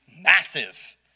massive